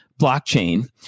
blockchain